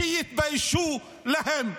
שיתביישו להם.